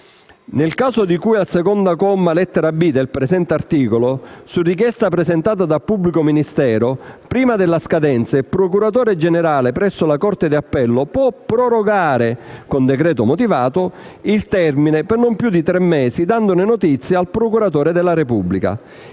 Nel caso di cui al comma 2, lettera *b*), del presente articolo, su richiesta presentata dal pubblico ministero prima della scadenza, il procuratore generale presso la corte di appello può prorogare, con decreto motivato, il termine per non più di tre mesi, dandone notizia al procuratore della Repubblica.